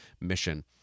Mission